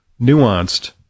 nuanced